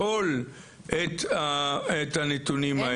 לשקול את הנתונים האלה.